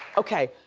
okay,